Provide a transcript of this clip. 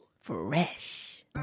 Fresh